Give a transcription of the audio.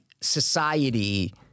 society